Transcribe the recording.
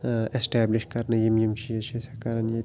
establish کَرنہٕ یِم یِم چیٖز چھِ أسۍ کَران ییٚتہِ